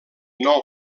nou